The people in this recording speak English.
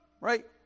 right